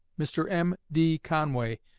mr. m d. conway,